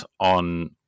on